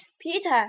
Peter